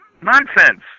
Nonsense